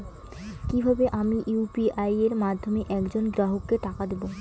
কিভাবে আমি ইউ.পি.আই এর মাধ্যমে এক জন গ্রাহককে টাকা দেবো?